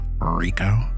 Rico